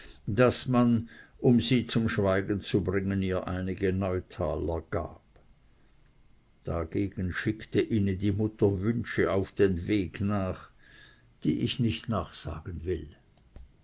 daß man um sie zu g'schweigen ihr einige neutaler gab dagegen schickte ihnen die mutter wünsche auf den weg nach die ich nicht nachsagen will